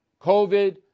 COVID